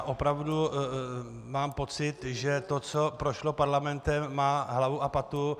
Opravdu mám pocit, že to, co prošlo Parlamentem, má hlavu a patu.